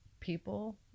people